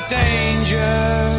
danger